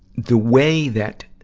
the way that